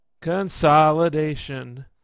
Consolidation